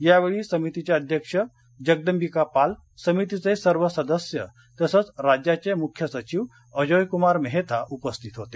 यावेळी समितीचे अध्यक्ष जगदंबिका पाल समितीचे सर्व सदस्य तसंच राज्याचे मुख्य सचिव अजोयकुमार मेहता उपस्थित होते